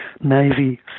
Navy